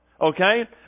Okay